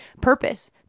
purpose